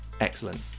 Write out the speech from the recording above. excellent